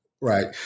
right